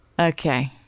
okay